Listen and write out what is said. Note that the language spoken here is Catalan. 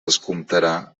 descomptarà